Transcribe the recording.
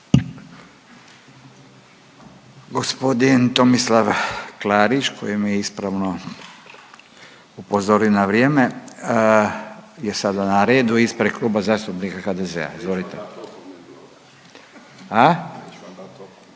Gospodin Tomislav Klarić koji me je ispravno upozorio na vrijeme je sada na redu ispred Kluba zastupnika HDZ-a. …/Upadica iz klupe